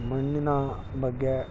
ಮಣ್ಣಿನ ಬಗ್ಗೆ